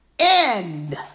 End